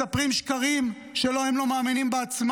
מספרים שקרים שהם עצמם לא מאמינים להם.